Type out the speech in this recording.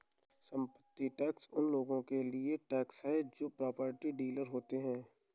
संपत्ति टैक्स उन लोगों के लिए टैक्स है जो प्रॉपर्टी डीलर होते हैं